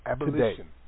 Abolition